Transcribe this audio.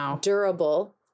durable